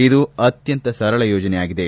ಇದು ಅತ್ತಂತ ಸರಳ ಯೋಜನೆಯಾಗಿದೆ